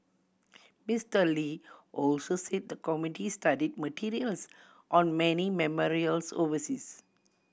Mister Lee also said the committee studied materials on many memorials overseas